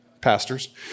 pastors